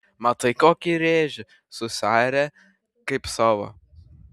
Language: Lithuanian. matai kokį rėžį susiarė kaip savo